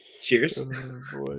Cheers